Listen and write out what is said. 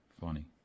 funny